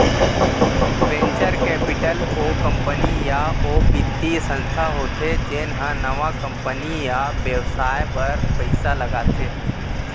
venture capital ओ company या ओ बित्तीय संस्था होथे जेन ह नवा कंपनी या बेवसाय बर पइसा लगाथे